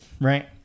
Right